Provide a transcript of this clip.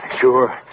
Sure